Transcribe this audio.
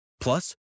Plus